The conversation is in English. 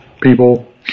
people